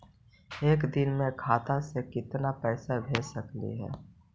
एक दिन में खाता से केतना पैसा भेज सकली हे?